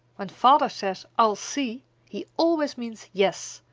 when father says i'll see he always means yes,